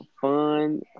fun